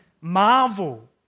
marvel